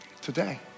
today